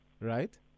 right